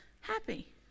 happy